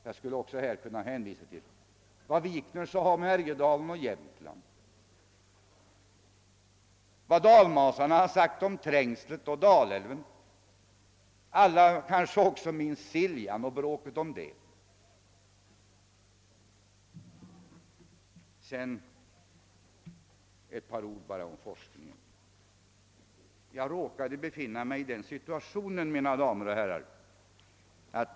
Jag skulle också kunna hänvisa till vad herr Wikner framhållit om Härjedalen och Jämtland och till vad dalmasarna sagt om Trängslet och Dalälven — såsom alla kanske minns var det också bråk om Siljan. Vidare bara några ord om forskningen.